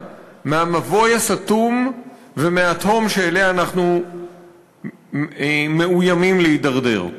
מהמבוי הסתום ומהתהום שאליה אנחנו מאוימים להידרדר.